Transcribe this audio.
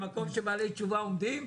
במקום שבעלי תשובה עומדים,